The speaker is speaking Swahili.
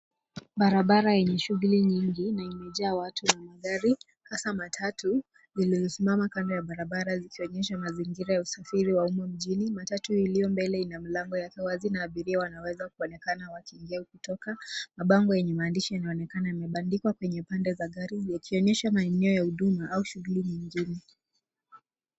Barabara yenye shughuli nyingi na imejaa watu na magari hasa matatu zilizosimama kando ya barabara zikionyesha mazingira ya usafiri wa umma mjini. Matatu iliyo mbele ina mlango yake wazi na abiria wanaweza kuonekana wakiingia au kutoka. Mabango yenye maandishi inaonekana imebandikwa kwenye upande za gari zikionyesha maeneo ya huduma au shughuli nyingine.